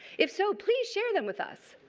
if so, please share them with us.